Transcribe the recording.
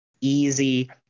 easy